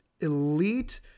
elite